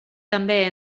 també